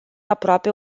aproape